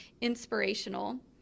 inspirational